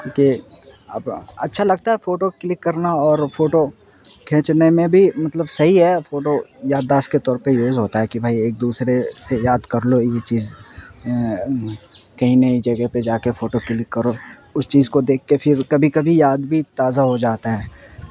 کیوں کہ اب اچھا لگتا ہے فوٹو کلک کرنا اور فوٹو کھینچنے میں بھی مطلب صحیح ہے فوٹو یادداشت کے طور پہ یوز ہوتا ہے کہ بھائی ایک دوسرے سے یاد کر لو یہ چیز کہیں نئی جگہ پہ جا کے فوٹو کلک کرو اس چیز کو دیکھ کے پھر کبھی کبھی یاد بھی تازہ ہو جاتا ہے